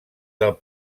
del